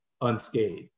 unscathed